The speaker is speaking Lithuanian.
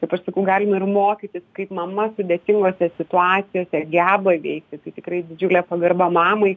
kaip aš sakau galim ir mokytis kaip mama sudėtingose situacijose geba veikti tai tikrai didžiulė pagarba mamai